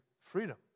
freedom